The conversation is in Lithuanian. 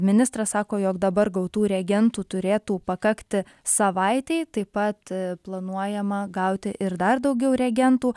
ministras sako jog dabar gautų reagentų turėtų pakakti savaitei taip pat planuojama gauti ir dar daugiau reagentų